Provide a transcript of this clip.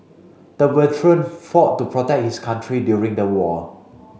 the veteran fought to protect his country during the war